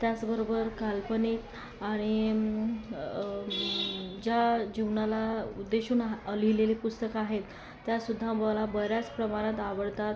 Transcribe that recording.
त्याचबरोबर काल्पनिक आणि ज्या जीवनाला उद्देशून हा लिहिलेली पुस्तकं आहेत त्यासुद्धा मला बऱ्याच प्रमाणात आवडतात